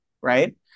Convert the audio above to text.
right